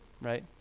right